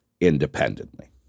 independently